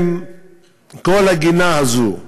הם כל הגינה הזו,